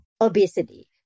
obesity